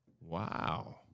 Wow